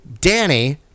Danny